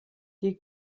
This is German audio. die